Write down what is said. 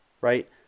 Right